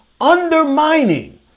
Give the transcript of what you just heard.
undermining